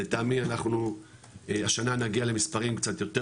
לטעמי אנחנו השנה נגיע למספרים קצת יותר